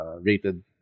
rated